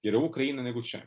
geriau ukrainoj negu čia